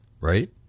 right